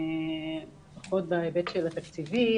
פחות בהיבט התקציבי,